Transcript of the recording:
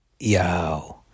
Yo